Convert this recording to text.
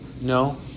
No